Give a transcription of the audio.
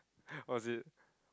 was it